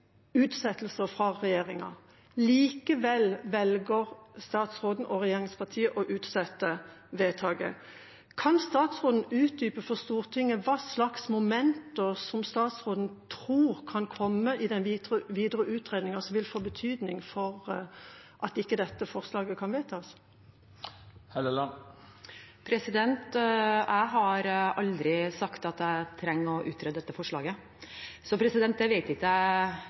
utsettelser fra regjeringa. Likevel velger statsråden og regjeringspartiene å utsette vedtaket. Kan statsråden utdype for Stortinget hva slags momenter statsråden tror kan komme i den videre utredningen, og som vil få betydning for at dette forslaget ikke kan vedtas? Jeg har aldri sagt at jeg trenger å utrede dette forslaget. Jeg vet ikke hvor representanten har fått det inntrykket fra. Jeg jobber raskt med denne saken, og jeg